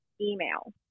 email